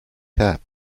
cab